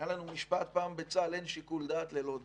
היה לנו משפט פעם בצה"ל: אין שיקול דעת ללא דעת.